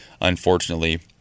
unfortunately